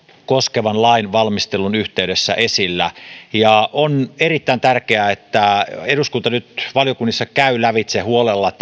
koskevan lain valmistelun yhteydessä esillä on erittäin tärkeää että eduskunta nyt valiokunnissa käy tämän lävitse huolella